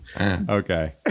Okay